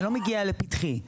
זה לא מגיע לפתחי.